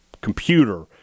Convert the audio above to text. computer